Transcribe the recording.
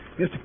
Mr